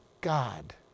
God